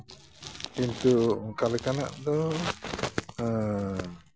ᱠᱤᱱᱛᱩ ᱚᱱᱠᱟᱞᱮᱠᱟᱱᱟᱜ ᱫᱚ